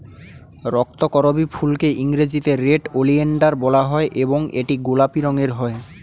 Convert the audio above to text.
রক্তকরবী ফুলকে ইংরেজিতে red oleander বলা হয় এবং এটি গোলাপি রঙের হয়